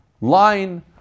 line